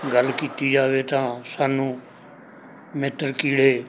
ਗੱਲ ਕੀਤੀ ਜਾਵੇ ਤਾਂ ਸਾਨੂੰ ਮਿੱਤਰ ਕੀੜੇ